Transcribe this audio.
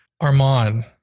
Armand